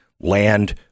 land